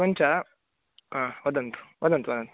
एवञ्च वदन्तु वदन्तु वदन्तु